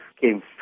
came